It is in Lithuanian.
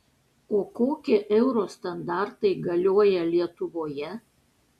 o kokie euro standartai galioja lietuvoje